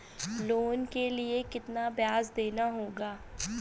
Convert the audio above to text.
Loan के लिए कितना ब्याज देना होगा?